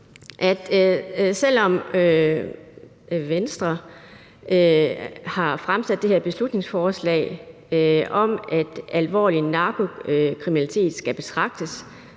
selv om Venstre har fremsat det her beslutningsforslag om, at alvorlig narkokriminalitet skal betragtes